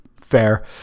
Fair